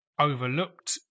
overlooked